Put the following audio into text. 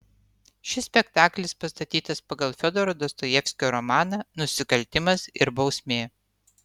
šis spektaklis pastatytas pagal fiodoro dostojevskio romaną nusikaltimas ir bausmė